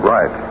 Right